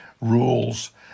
rules